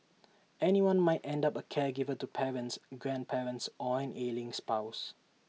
anyone might end up A caregiver to parents grandparents or an ailing spouse